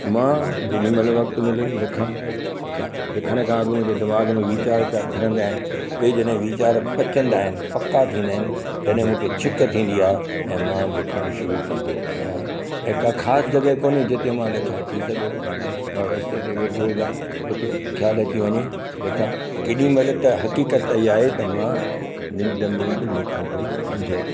मां जेॾी महिल वक़्तु मिले लिखां लिखण खां अॻु मुंहिंजे दिमाग़ में वीचार पिया फिरंदा आहिनि उहे जॾहिं वीचार पचंदा आहिनि पका थींदा आहिनि तॾहिं मूंखे छिक थींदी आहे ऐं मां लिखणु शुरू कंदो आहियां ऐं का ख़ासि जॻहि कोन्हे जिते मां लिखां थी सघे थो मां रस्ते ते वेठो हुजां उते ख़्यालु अची वञे लिखां केॾी महिल त हक़ीक़त इहा आहे की मां निंड में बि लिखंदो आहियां